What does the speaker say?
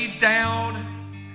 down